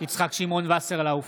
יצחק שמעון וסרלאוף,